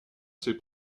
s’est